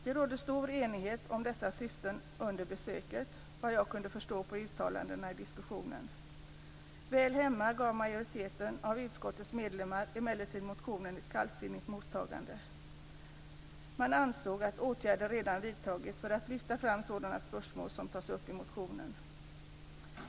Det rådde stor enighet om dessa syften under besöket, såvitt jag kunde förstå av uttalandena i diskussionen. Väl hemma gav emellertid majoriteten av utskottets medlemmar motionen ett kallsinnigt mottagande. Man ansåg att åtgärder redan hade vidtagits för att lyfta fram sådana spörsmål som tas upp i motionen.